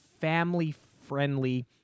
family-friendly